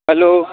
hello